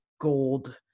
gold